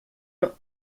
not